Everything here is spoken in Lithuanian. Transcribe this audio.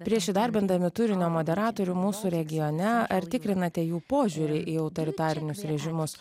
prieš įdarbindami turinio moderatorių mūsų regione ar tikrinate jų požiūrį į autoritarinius režimus